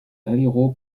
euro